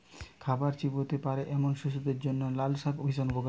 খাবার চিবোতে পারে এমন শিশুদের জন্য লালশাক ভীষণ উপকারী